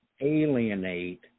alienate